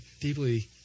deeply